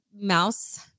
mouse